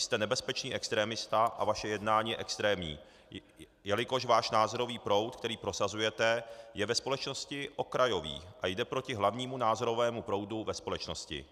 Jste nebezpečný extremista a vaše jednání je extrémní, jelikož váš názorový proud, který prosazujete, je ve společnosti okrajový a jde proti hlavnímu názorovému proudu ve společnosti.